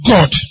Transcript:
God